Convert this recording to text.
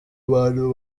abantu